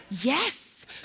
yes